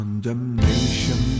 Condemnation